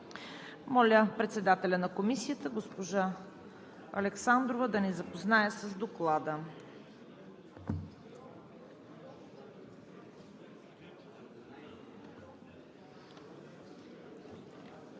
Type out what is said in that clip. Моля председателят на Комисията – госпожа Александрова, да ни запознае с Доклада. ДОКЛАДЧИК